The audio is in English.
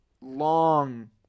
long